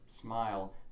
smile